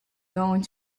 going